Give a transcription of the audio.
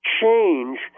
change